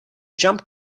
jump